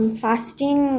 fasting